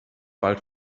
bald